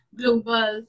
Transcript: global